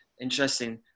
Interesting